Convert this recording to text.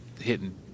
hitting –